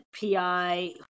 pi